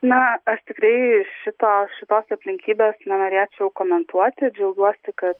na aš tikrai šito šitos aplinkybės nenorėčiau komentuoti džiaugiuosi kad